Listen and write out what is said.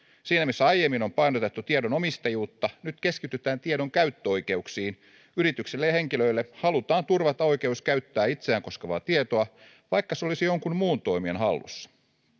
siinä missä aiemmin on painotettu tiedon omistajuutta nyt keskitytään tiedon käyttöoikeuksiin yrityksille ja henkilöille halutaan turvata oikeus käyttää itseään koskevaa tietoa vaikka se olisi jonkun muun toimijan hallussa